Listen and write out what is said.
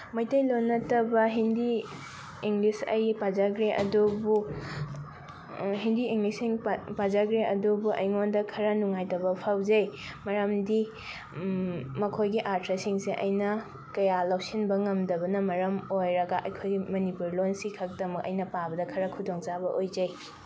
ꯃꯩꯇꯩꯂꯣꯟ ꯅꯠꯇꯕ ꯍꯤꯟꯗꯤ ꯏꯪꯂꯤꯁ ꯑꯩ ꯄꯥꯖꯈ꯭ꯔꯦ ꯑꯗꯨꯕꯨ ꯍꯤꯟꯗꯤ ꯏꯪꯂꯤꯁꯁꯤꯡ ꯄꯥꯖꯈ꯭ꯔꯦ ꯑꯗꯨꯕꯨ ꯑꯩꯉꯣꯟꯗ ꯈꯔ ꯅꯨꯡꯉꯥꯏꯇꯕ ꯐꯥꯎꯖꯩ ꯃꯔꯝꯗꯤ ꯃꯈꯣꯏꯒꯤ ꯑꯥꯔꯊ꯭ꯔꯁꯤꯡꯁꯦ ꯑꯩꯅ ꯀꯌꯥ ꯂꯧꯁꯤꯟꯕ ꯉꯝꯗꯕꯅ ꯃꯔꯝ ꯑꯣꯏꯔꯒ ꯑꯩꯈꯣꯏꯒꯤ ꯃꯅꯤꯄꯨꯔꯤ ꯂꯣꯟꯁꯤ ꯈꯛꯇꯃꯛ ꯑꯩꯅ ꯄꯥꯕꯗ ꯈꯔ ꯈꯨꯗꯣꯡꯆꯥꯕ ꯑꯣꯏꯖꯩ